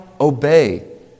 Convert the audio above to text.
obey